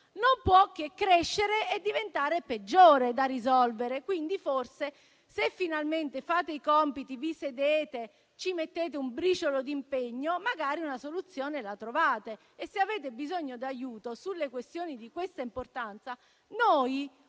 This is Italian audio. non può che crescere e diventare peggiore da risolvere. Quindi forse, se finalmente fate i compiti, vi sedete e ci mettete un briciolo di impegno, magari una soluzione la trovate; e se avete bisogno d'aiuto su questioni di tale importanza, noi